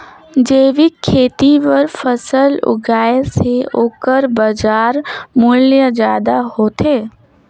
जैविक खेती बर फसल उगाए से ओकर बाजार मूल्य ज्यादा होथे